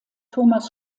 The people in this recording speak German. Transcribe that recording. thomas